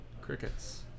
Crickets